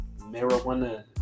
marijuana